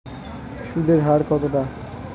সুদের হার কতটা?